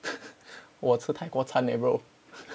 我吃泰国餐 leh bro